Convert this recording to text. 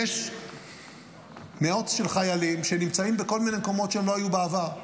יש מאות חיילים שנמצאים בכל מיני מקומות שהם לא היו בהם בעבר,